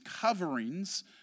coverings